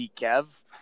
Kev